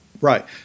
Right